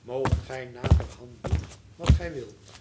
moogt gij naderhand doen wat gij wilt